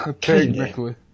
Technically